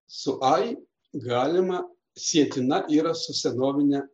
su ai galima sietina yra su senovine